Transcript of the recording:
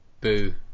Boo